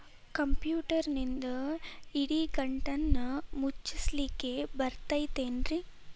ಕಂಪ್ಯೂಟರ್ನಿಂದ್ ಇಡಿಗಂಟನ್ನ ಮುಚ್ಚಸ್ಲಿಕ್ಕೆ ಬರತೈತೇನ್ರೇ?